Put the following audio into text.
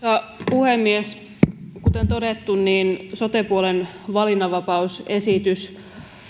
puhemies kuten todettu sote puolen valinnanvapausesitys